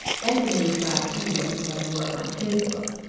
anthony was glad he wasn't going to work on his book.